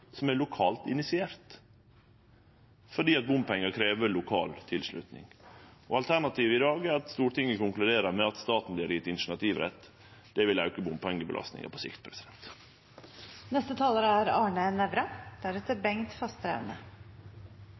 som er lokalt initierte, fordi bompengar krev lokal tilslutning. Alternativet i dag er at Stortinget konkluderer med at staten vert gjeve initiativrett. Det vil auke bompengebelastninga på sikt. Det er